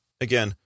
Again